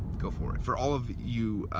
go for it for all of you,